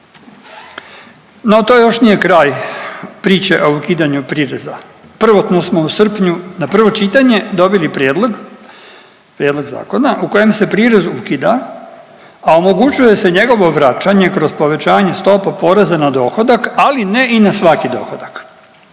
No to još nije kraj priče o ukidanju prireza. Prvotno smo u srpnju na prvo čitanje dobili prijedlog, prijedlog zakona u kojem se prirez ukida, a omogućuje se njegovo vraćanje kroz povećanje stopa poreza na dohodak, ali ne i na svaki dohodak.